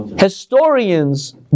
historians